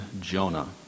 Jonah